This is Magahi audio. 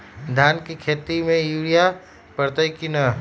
धान के खेती में यूरिया परतइ कि न?